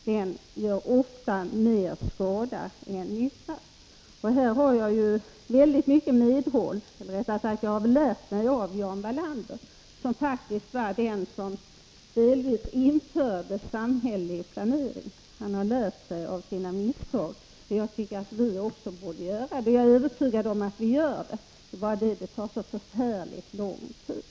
Den gör ofta mer skada än nytta. I detta har jag starkt medhåll av Jan Wallander — eller rättare sagt jag har lärt mig det av Jan Wallander, som faktiskt ändå har bidragit till att införa viss samhällelig planering i vårt land. Han har lärt sig av sina misstag, och vi borde också göra det. Jag är också övertygad om att vi gör det. Det tar bara så förfärligt lång tid.